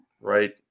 Right